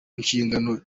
nshingano